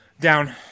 Down